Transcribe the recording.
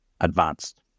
advanced